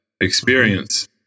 experience